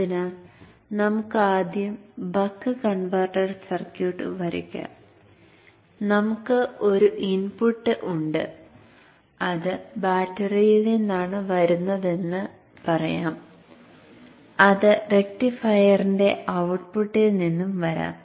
അതിനാൽ നമുക്ക് ആദ്യം ബക്ക് കൺവെർട്ടർ സർക്യൂട്ട് വരയ്ക്കാം നമുക്ക് ഒരു ഇൻപുട്ട് ഉണ്ട് അത് ബാറ്ററിയിൽ നിന്നാണ് വരുന്നതെന്ന് പറയാം അത് റക്റ്റിഫയറിന്റെ ഔട്ട്പുട്ടിൽ നിന്നും വരാം